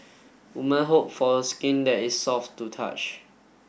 women hope for skin that is soft to touch